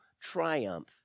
Triumph